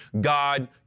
God